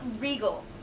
regal